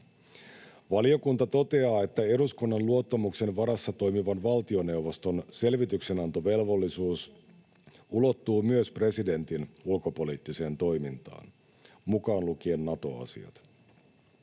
Valiokunta toteaa, että eduskunnan luottamuksen varassa toimivan valtioneuvoston selvityksenantovelvollisuus ulottuu myös presidentin ulkopoliittiseen toimintaan mukaan lukien Nato-asiat.